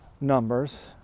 numbers